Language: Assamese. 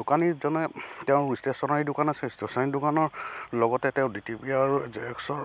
দোকানীজনে তেওঁ ষ্টেচনাৰী দোকান আছে ষ্টেচনাৰী দোকানৰ লগতে তেওঁ ডি টি পি আৰু জেৰক্সৰ